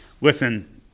Listen